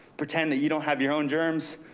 pretend that you don't have your own germs,